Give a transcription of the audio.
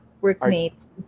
workmates